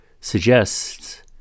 suggests